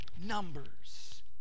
numbers